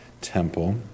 temple